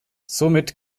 somit